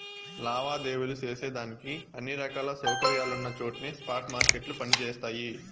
లావాదేవీలు సేసేదానికి అన్ని రకాల సౌకర్యాలున్నచోట్నే స్పాట్ మార్కెట్లు పని జేస్తయి